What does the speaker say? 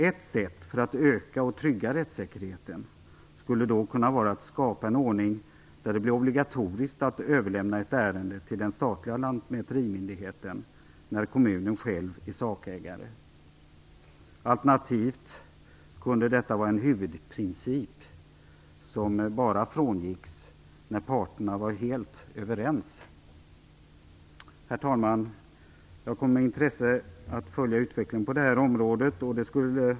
Ett sätt att öka och trygga rättssäkerheten skulle kunna vara att en ordning skapas som innebär att det blir obligatoriskt att överlämna ett ärende till den statliga lantmäterimyndigheten när kommunen själv är sakägare. Alternativt kunde detta vara en huvudprincip som bara frångås när parterna är helt överens. Herr talman! Jag kommer med intresse att följa utvecklingen på det här området.